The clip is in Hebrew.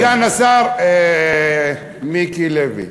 עכשיו, סגן השר מיקי לוי,